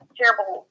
terrible